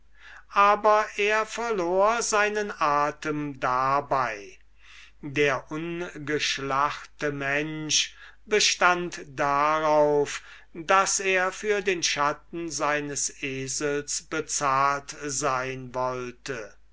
aber er verlor seinen atem dabei der ungeschlachte mensch bestand darauf daß er für den schatten seines esels bezahlt sein wollte